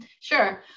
Sure